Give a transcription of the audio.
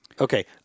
okay